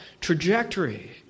trajectory